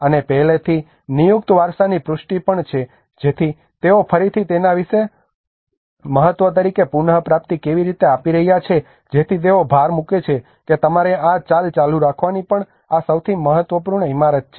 અને પહેલેથી નિયુક્ત વારસાની પુષ્ટિ પણ છે જેથી તેઓ ફરીથી તેના વિશેષ મહત્વ તરીકે પુનપ્રાપ્તિ કેવી રીતે આપી રહ્યા છે જેથી તેઓ ભાર મૂકે છે કે તમારે આ ચાલ ચાલુ રાખવાની પણ આ સૌથી મહત્વપૂર્ણ ઇમારત છે